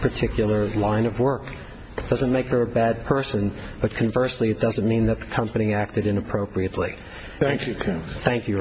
particular line of work doesn't make her a bad person but can firstly it doesn't mean that the company acted inappropriately thank you thank you